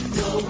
no